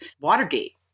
Watergate